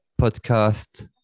podcast